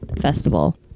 Festival